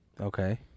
Okay